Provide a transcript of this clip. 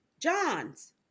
John's